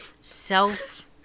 self